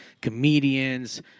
comedians